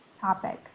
topic